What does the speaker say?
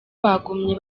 bagumye